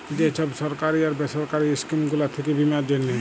যে ছব সরকারি আর বেসরকারি ইস্কিম গুলা থ্যাকে বীমার জ্যনহে